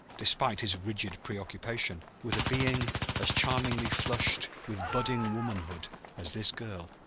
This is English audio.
despite his rigid preoccupation, with a being as charmingly flushed with budding womanhood as this girl?